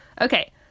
okay